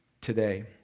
today